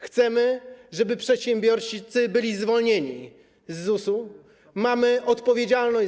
Chcemy, żeby przedsiębiorcy byli zwolnieni z ZUS-u.